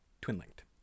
Twin-linked